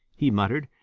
he muttered.